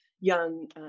young